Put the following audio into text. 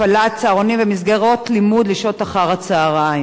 הפעלת צהרונים ומסגרות לימוד לשעות אחר-הצהריים?